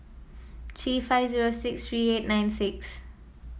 three five zero six three eight nine six